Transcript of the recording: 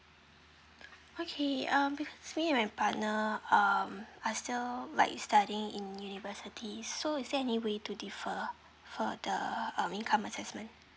okay um because me and my partner um are still like studying in university so is there any way to differ for the um income assessment